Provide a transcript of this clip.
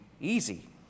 easy